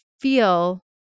feel